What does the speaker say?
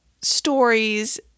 stories